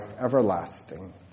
everlasting